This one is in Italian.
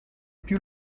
più